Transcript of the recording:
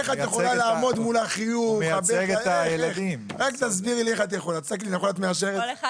אני אשמע את המעסיקים אבל בהסתכלות שלכם,